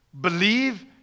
believe